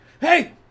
hey